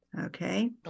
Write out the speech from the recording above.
Okay